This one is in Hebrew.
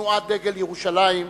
בתנועת דגל ירושלים,